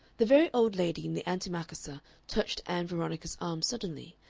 the very old lady in the antimacassar touched ann veronica's arm suddenly,